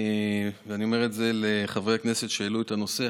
אני אומר לחברי הכנסת שהעלו את הנושא,